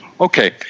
Okay